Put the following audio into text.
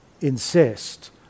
insist